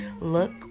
look